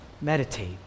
meditate